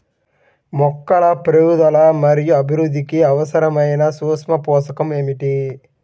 మొక్కల పెరుగుదల మరియు అభివృద్ధికి అవసరమైన సూక్ష్మ పోషకం ఏమిటి?